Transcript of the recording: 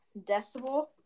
decibel